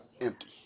empty